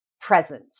present